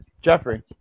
Jeffrey